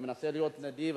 אני מנסה להיות נדיב,